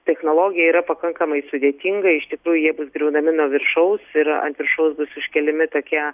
technologija yra pakankamai sudėtinga iš tikrųjų bus griaunami nuo viršaus ir ant viršaus bus iškeliami tokie